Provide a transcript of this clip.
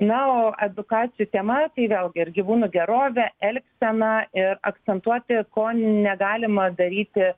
na o edukacijų tema vėlgi ir gyvūnų gerovė elgsena ir akcentuoti ko negalima daryti